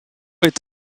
est